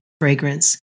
fragrance